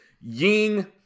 Ying